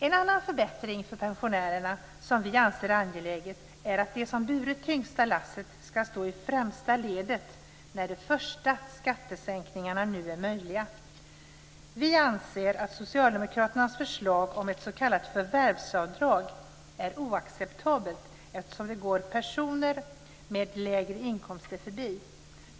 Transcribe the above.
En annan förbättring för pensionärerna som vi anser angelägen är att de som burit det tyngsta lasset ska stå i främsta ledet när de första skattesänkningarna nu är möjliga. Vi anser att Socialdemokraternas förslag om ett s.k. förvärvsavdrag är oacceptabelt, eftersom det går personer med lägre inkomster förbi.